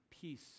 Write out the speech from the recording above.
peace